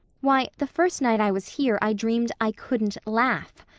why, the first night i was here i dreamed i couldn't laugh.